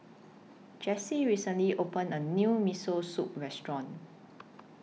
Jessy recently opened A New Miso Soup Restaurant